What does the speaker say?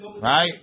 right